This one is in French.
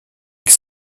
avec